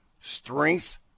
strengths